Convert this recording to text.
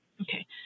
Okay